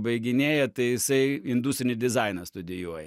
baiginėja tai jisai industrinį dizainą studijuoja